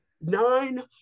Nine